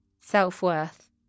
self-worth